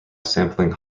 sampling